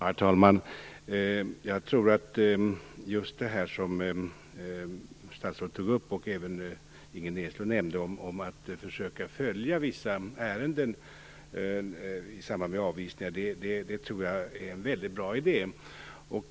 Herr talman! Jag tror att det som statsrådet tog upp och som även Inger Näslund nämnde om att försöka följa vissa ärenden i samband med avvisningar, är en väldigt bra idé.